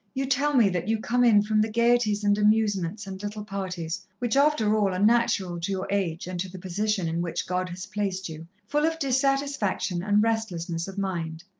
you tell me that you come in from the gaieties and amusements and little parties, which, after all, are natural to your age and to the position in which god has placed you, full of dissatisfaction and restlessness of mind.